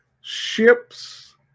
ships